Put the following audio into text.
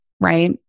right